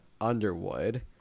Underwood